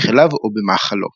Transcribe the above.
בכליו או במאכלו.